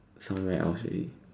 somewhere else already